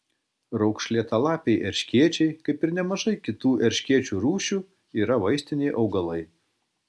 raukšlėtalapiai erškėčiai kaip ir nemažai kitų erškėčių rūšių yra vaistiniai augalai